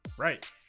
Right